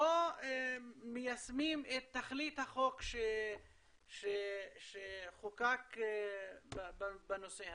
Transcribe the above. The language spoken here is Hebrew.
לא מיישמים את תכלית החוק שחוקק בנושא הזה.